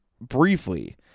briefly